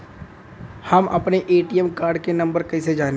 हम अपने ATM card के नंबर कइसे जानी?